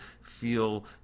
feel